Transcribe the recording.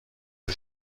جور